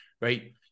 right